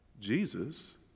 Jesus